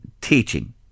teaching